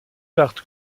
bart